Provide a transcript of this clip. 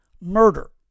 murder